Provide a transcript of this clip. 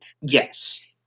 Yes